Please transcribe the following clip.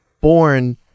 born